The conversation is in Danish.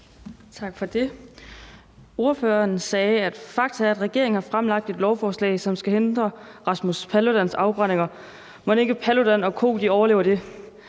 Tak for det. Ordføreren sagde, at fakta er, at regeringen har fremsat et lovforslag, som skal hindre Rasmus Paludans afbrændinger. Mon ikke Paludan og co. overlever det?